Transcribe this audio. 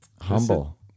humble